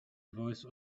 voice